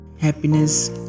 Happiness